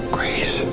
Grace